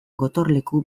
gotorleku